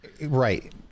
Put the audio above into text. Right